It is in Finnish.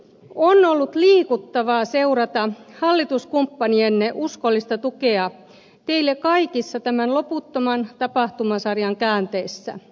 on ollut liikuttavaa seurata hallituskumppanienne uskollista tukea teille kaikissa tämän loputtoman tapahtumasarjan käänteissä